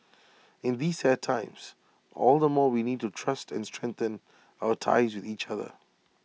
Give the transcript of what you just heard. in these sad times all the more we need to trust and strengthen our ties with each other